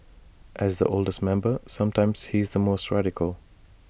as the oldest member sometimes he's the most radical